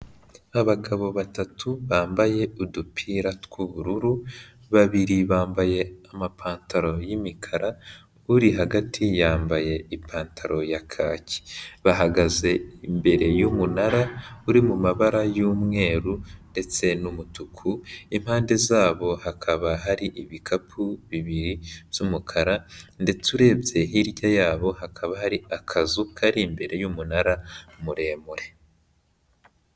Abagabo batatu bambaye udupira tw'ubururu, babiri bambaye amapantaro y'imikara, uri hagati yambaye ipantaro ya kaki, bahagaze imbere y'umunara, uri mu mabara y'umweru ndetse n'umutuku, impande zabo hakaba hari ibikapu bibiri by'umukara ndetse urebye hirya yabo hakaba hari akazu kari imbere y'umunara muremure.